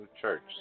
Church